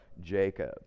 Jacob